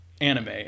anime